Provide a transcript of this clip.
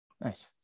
Nice